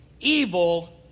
Evil